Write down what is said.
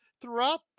throughout